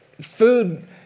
food